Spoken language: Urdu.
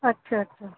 اچھا اچھا